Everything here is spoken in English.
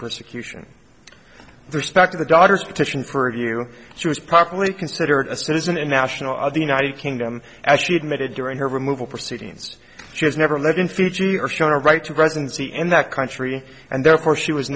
persecution the respect of the daughters petition for a view she was properly considered a citizen and national of the united kingdom actually admitted during her removal proceedings she has never lived in fiji or shown a right to residency in that country and therefore she was